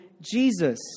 Jesus